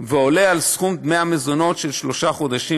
ועולה על סכום דמי המזונות של שלושה חודשים